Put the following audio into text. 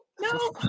No